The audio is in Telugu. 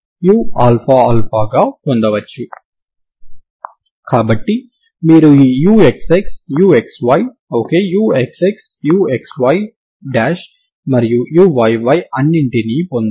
కాబట్టి మీరు ఈ uxx uxy ok uxx uxy మరియు uyy అన్నింటినీ పొందారు